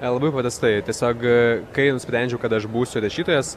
labai paprastai tiesiog aaa kai nusprendžiau kad aš būsiu rašytojas